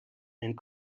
and